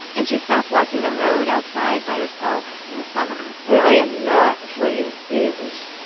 and she stopped walking the road outside by herself in the summer and i am not afraid of bears.